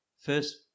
first